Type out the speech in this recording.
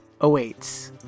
awaits